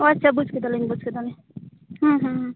ᱳ ᱟᱪᱪᱷᱟ ᱵᱩᱡᱽ ᱠᱮᱫᱟᱞᱤᱧ ᱵᱩᱡᱽ ᱠᱮᱫᱟᱞᱤᱧ